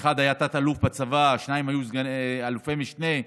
אחד היה תת-אלוף בצבא, שניים היו אלופי משנה,